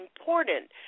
important